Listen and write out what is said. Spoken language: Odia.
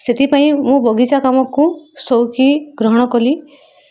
ସେଥିପାଇଁ ମୁଁ ବଗିଚା କାମକୁ ସଉକି ଗ୍ରହଣ କଲି